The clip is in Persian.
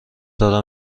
دارم